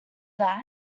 that